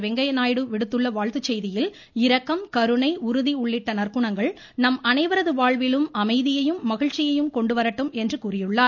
வெங்கய்ய நாயுடு விடுத்துள்ள வாழ்த்துச் செய்தியில் இரக்கம் கருணை உறுதி உள்ளிட்ட நற்குணங்கள் நம் அனைவரது வாழ்விலும் அமைதியையும் மகிழ்ச்சியையும் கொண்டு வரட்டும் என்று கூறியுள்ளார்